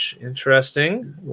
interesting